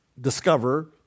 discover